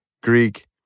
Greek